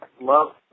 love